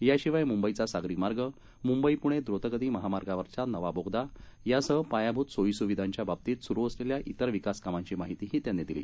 याशिवाय मुंबईचा सागरी मार्ग मुंबई पुणे द्रुतगती महामार्गावरचा नवा बोगदा यासह पायाभूत सोयीसुविधांच्या बाबतीत सुरु असलेल्या तिर विकास कामांची माहिती त्यांनी दिली